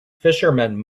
fisherman